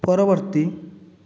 ପରବର୍ତ୍ତୀ